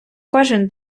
кожен